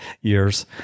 years